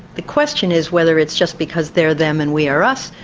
the question is whether it's just because they're them and we are us,